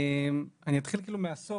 אני אתחיל מהסוף,